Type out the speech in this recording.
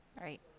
Right